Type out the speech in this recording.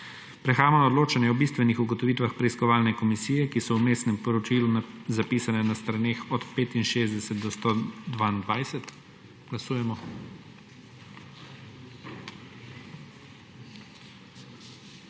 Prehajamo na odločanje o bistvenih ugotovitvah preiskovalne komisije, ki so v vmesnem poročilu zapisane na straneh od 65 do 122. Glasujemo.